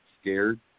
scared